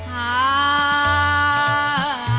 aa